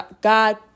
God